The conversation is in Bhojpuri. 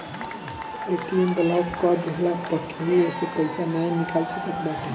ए.टी.एम ब्लाक कअ देहला पअ केहू ओसे पईसा नाइ निकाल सकत बाटे